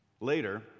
Later